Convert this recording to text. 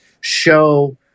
show